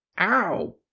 Ow